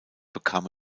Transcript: bekam